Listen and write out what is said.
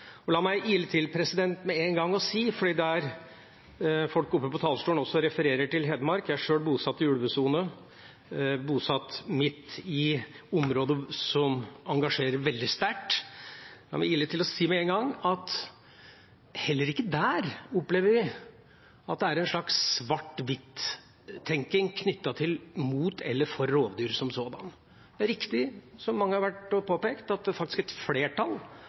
konflikt. La meg med en gang ile til å si, for folk har på talerstolen referert til Hedmark, at jeg er sjøl bosatt i en ulvesone, midt i området som engasjerer veldig sterkt: Heller ikke der opplever vi at det er en slags svart–hvitt-tenkning knyttet til mot eller for rovdyr som sådanne. Det er riktig, som mange har påpekt, at faktisk har et flertall